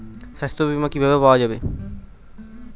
সাস্থ্য বিমা কি ভাবে পাওয়া যায়?